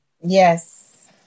Yes